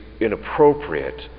inappropriate